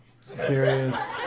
serious